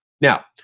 Now